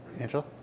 Angel